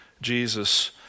Jesus